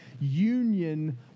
union